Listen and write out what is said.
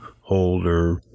Holder